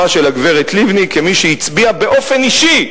של הגברת לבני כמי שהצביעה באופן אישי,